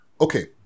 okay